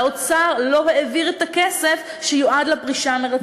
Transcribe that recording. והאוצר לא העביר את הכסף שיועד לפרישה מרצון.